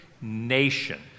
nation